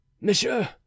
Monsieur